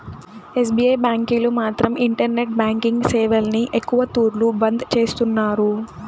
SBI బ్యాంకీలు మాత్రం internet banking సేవల్ని ఎక్కవ తూర్లు బంద్ చేస్తున్నారు